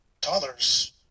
toddlers